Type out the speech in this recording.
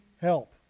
help